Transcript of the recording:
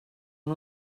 amb